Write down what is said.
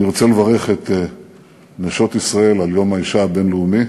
אני רוצה לברך את נשות ישראל ביום האישה הבין-לאומי.